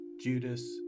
Judas